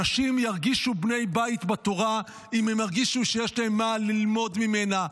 אנשים ירגישו בני בית בתורה אם הם ירגישו שיש להם מה ללמוד ממנה,